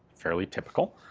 fairly typical.